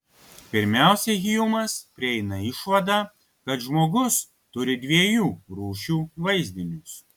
pirmiausia hjumas prieina išvadą kad žmogus turi dviejų rūšių vaizdinius